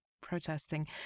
protesting